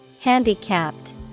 Handicapped